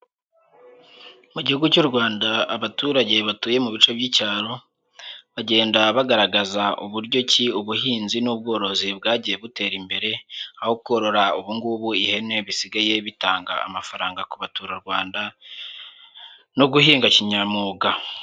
Mu gihugu cy'u Rwanda abaturage batuye mu bice by'icyaro, bagenda bagaragaza uburyo ki ubuhinzi n'ubworozi bwagiye butera imbere, aho korora ubu ngubu ihene bisigaye bitanga amafaranga ku baturarwanda, no guhinga kinyamwuga.